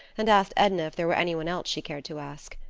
and asked edna if there were any one else she cared to ask.